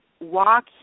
walk